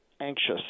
Anxious